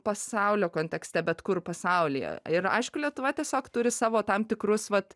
pasaulio kontekste bet kur pasaulyje ir aišku lietuva tiesiog turi savo tam tikrus vat